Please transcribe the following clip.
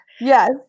Yes